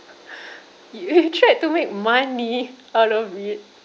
you tried to make money out of it